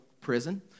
prison